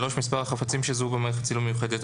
מספר החפצים שזוהו במערכת צילום מיוחדת.